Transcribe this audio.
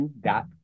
dot